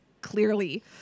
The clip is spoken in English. clearly